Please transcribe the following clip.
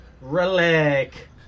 Relic